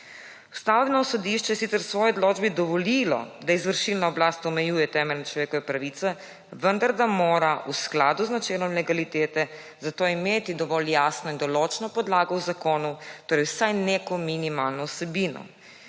Ustavno sodišče je sicer v svoji odločbi dovolilo, da izvršilna oblast omejujte temeljne človekove pravice, vendar da mora v skladu z načelom legalitete za to imeti dovolj jasno in določno podlago v zakonu, torej vsaj neko minimalno vsebino.